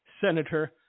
Senator